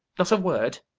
not a word?